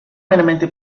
meramente